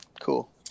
Cool